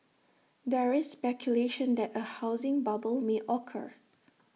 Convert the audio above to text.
there is speculation that A housing bubble may occur